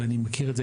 ואני מכיר את זה,